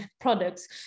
products